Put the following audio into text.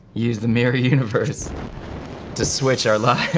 use the mirror universe to switch our